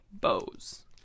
bows